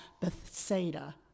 Bethsaida